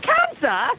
Cancer